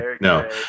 No